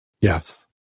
Yes